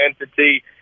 entity